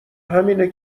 همینه